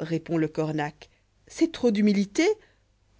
répond le cornac c'est trop d'humilité